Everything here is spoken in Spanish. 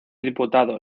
diputado